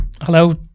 Hello